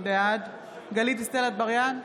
בעד גלית דיסטל אטבריאן,